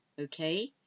okay